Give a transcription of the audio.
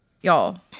Y'all